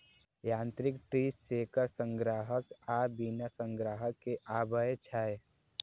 यांत्रिक tree shaker संग्राहक आ बिना संग्राहक के आबै छै